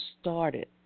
started